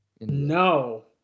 No